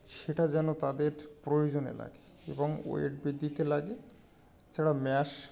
সেটা যেন তাদের প্রয়োজনে লাগে এবং ওয়েট বৃদ্ধিতে লাগে সেটা ম্যাশ